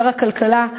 שר הכלכלה,